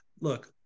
look